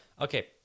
Okay